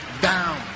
down